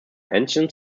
ancient